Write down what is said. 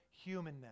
humanness